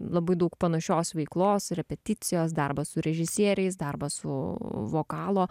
labai daug panašios veiklos repeticijos darbas su režisieriais darbas su vokalo